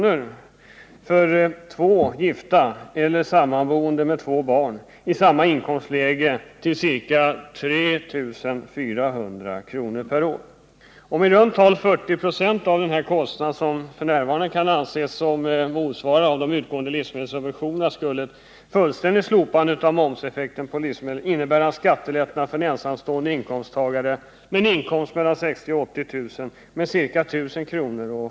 och för en familj med två barn, i samma inkomstläge, till ca 3 400 kr. per år. Räknar man med i runt tal 40 96 av den här kostnaden, som f.n. kan anses motsvara de utgående livsmedelssubventionerna, skulle ett fullständigt slopande av momsen på livsmedel innebära en skattelättnad på ca 1000 kr. för en ensamstående inkomsttagare med en inkomst på mellan 60 000 och 80 000 kr.